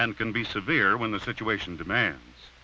and can be severe when the situation demands